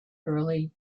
early